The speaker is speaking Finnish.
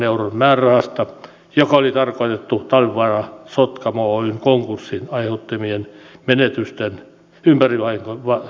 euron määrärahasta joka oli tarkoitettu talvivaara sotkamo oyn konkurssin aiheuttamien menetysten ympäristövahinkojen torjumiseen